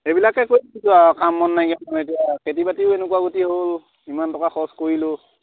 সেইবিলাকে কৈ দিছোঁ আৰু কাম বন নাইকিয়া নাই এতিয়া খেতি বাতিও এনেকুৱা গতি হ'ল ইমান টকা খৰচ কৰিলোঁ